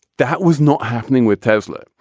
that was not happening with tesla.